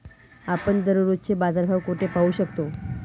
आपण दररोजचे बाजारभाव कोठे पाहू शकतो?